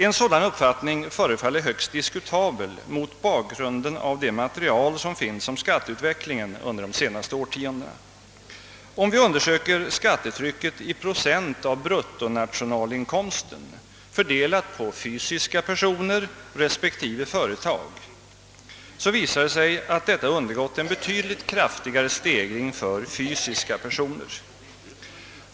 En sådan uppfattning förefaller högst diskutabel mot bakgrunden av det material som finns om skatteutvecklingen under de senaste årtiondena. Om vi undersöker skattetrvcket i procent av = bruttonationalinkomsten, fördelat på fysiska personer respektive företag, så visar det sig att detta undergått en betydligt kraftigare stegring för fysiska personer.